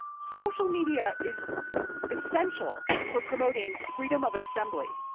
social media is essential for promoting freedom of assembly,